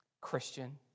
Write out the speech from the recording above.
Christian